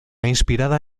inspirada